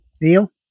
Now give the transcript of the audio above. Neil